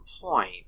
point